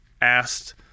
asked